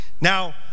Now